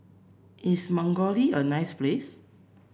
is Mongolia a nice place